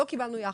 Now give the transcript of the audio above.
לא קיבלנו יחס.